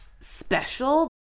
special